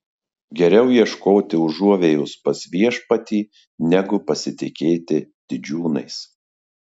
geriau ieškoti užuovėjos pas viešpatį negu pasitikėti didžiūnais